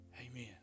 Amen